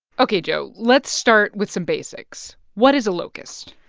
ok, joe, let's start with some basics. what is a locust?